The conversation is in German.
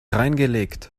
reingelegt